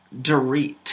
Dorit